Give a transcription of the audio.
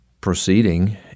proceeding